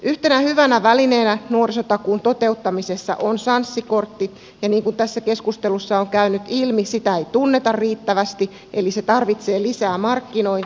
yhtenä hyvänä välineenä nuorisotakuun toteuttamisessa on sanssi kortti ja niin kuin tässä keskustelussa on käynyt ilmi sitä ei tunneta riittävästi eli se tarvitsee lisää markkinointia